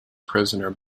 prisoner